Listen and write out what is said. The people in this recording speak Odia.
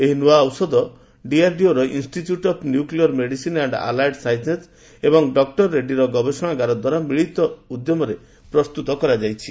ଏହି ନୂଆ ଔଷଧ ଡିଆର୍ଡିଓର institute of nuclear medicine and allied sciences ଏବଂ ଡକ୍ର ରେଡ୍ରୀର ଗବେଷଣାଗାର ଦ୍ୱାରା ମିଳିତ ଉଦ୍ୟୋଗରେ ପ୍ରସ୍ତୁତ କରାଯାଇଛି